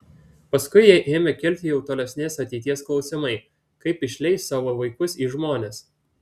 paskui jai ėmė kilti jau tolesnės ateities klausimai kaip išleis savo vaikus į žmones